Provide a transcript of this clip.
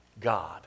God